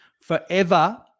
Forever